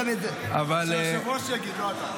--- זה היושב-ראש יגיד, לא אתה.